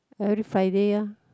every Friday ah